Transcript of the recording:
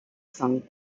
song